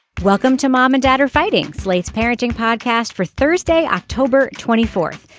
welcome to mom and dad are fighting slate's parenting podcast for thursday october twenty fourth.